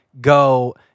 go